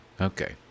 Okay